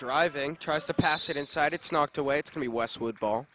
driving tries to pass it inside it's not the way it's going to westwood ball